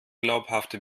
glaubhafte